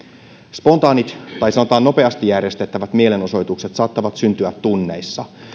spontaanit tai sanotaan nopeasti järjestettävät mielenosoitukset saattavat syntyä tunneissa